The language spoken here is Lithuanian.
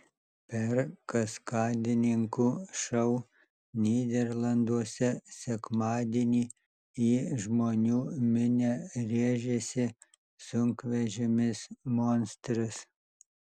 per kaskadininkų šou nyderlanduose sekmadienį į žmonų minią rėžėsi sunkvežimis monstras